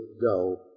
go